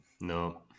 No